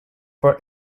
for